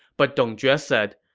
but dong jue said,